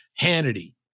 Hannity